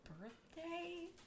birthday